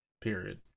period